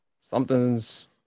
Something's